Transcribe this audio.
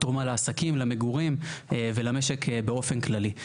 תרומה לעסקים, למגורים ולמשק באופן כללי.